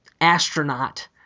astronaut